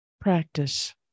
practice